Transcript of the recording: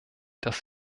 das